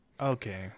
Okay